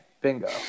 bingo